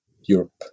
Europe